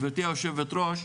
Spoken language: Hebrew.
גבירתי היו"ר,